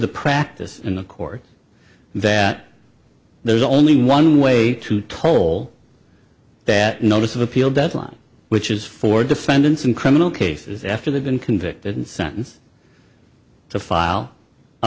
the practice in the court that there's only one way to toll that notice of appeal deadline which is for defendants in criminal cases after they've been convicted and sentenced to file a